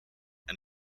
and